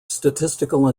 statistical